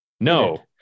No